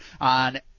on